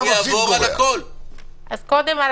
זה לחטוא פעמיים זה גם לחטוא לפרנסה של אנשים